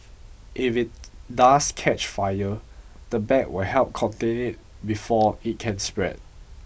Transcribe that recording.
if it does catch fire the bag will help contain it before it can spread